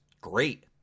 great